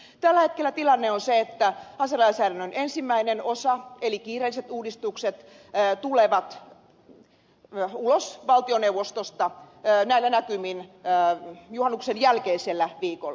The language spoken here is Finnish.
tällä hetkellä tilanne on se että aselainsäädännön ensimmäinen osa eli kiireelliset uudistukset tulevat ulos valtioneuvostosta näillä näkymin juhannuksen jälkeisellä viikolla